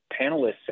panelists